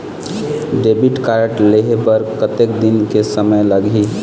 Debit card लेहे बर कतेक दिन के समय लगही?